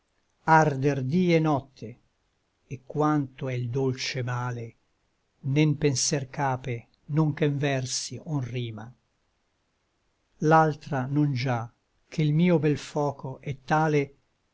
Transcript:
arder dí et notte et quanto è l dolce male né n penser cape nonche n versi o n rima l'altra non già ché l mio bel foco è tale